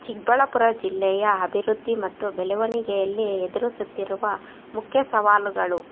ಚಿಕ್ಕಬಳ್ಳಾಪುರ ಜಿಲ್ಲೆಯ ಅಭಿವೃದ್ಧಿ ಮತ್ತು ಬೆಳವಣಿಗೆಯಲ್ಲಿ ಎದುರಿಸುತ್ತಿರುವ ಮುಖ್ಯ ಸವಾಲುಗಳು